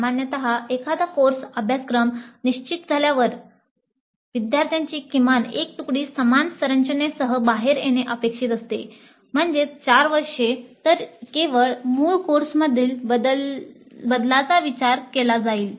सामान्यत एकदा कोर्स अभ्यासक्रम निश्चित झाल्यावर विद्यार्थ्यांची किमान एक तुकडी समान संरचनेसह बाहेर येणे अपेक्षित असते म्हणजे चार वर्षे तर केवळ मूळ कोर्समधील बदलाचा विचार केला जाईल